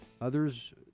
others